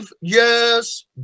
years